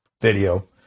video